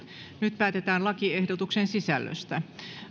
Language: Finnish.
nyt päätetään lakiehdotuksen sisällöstä